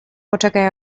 poczekaj